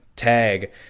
tag